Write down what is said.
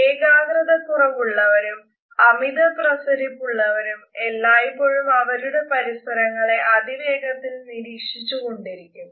ഏകാഗ്രതക്കുറവ് ഉള്ളവരും അമിതപ്രസരിപ് ഉള്ളവരും എല്ലായ്പോഴും അവരുടെ പരിസരങ്ങളെ അതിവേഗത്തിൽ നിരീക്ഷിച്ചു കൊണ്ടിരിക്കും